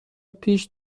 پیش